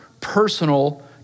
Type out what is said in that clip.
personal